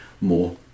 more